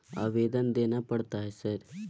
आवेदन देना पड़ता है सर?